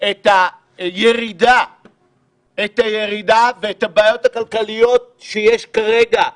את הירידה ואת הבעיות הכלכליות שיש כרגע.